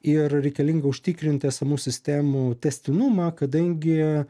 ir reikalinga užtikrinti esamų sistemų tęstinumą kadangi